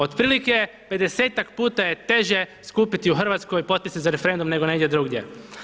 Otprilike 50-ak puta je teže skupiti u Hrvatskoj potpise za referendum nego negdje drugdje.